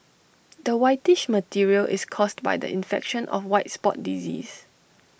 the whitish material is caused by the infection of white spot disease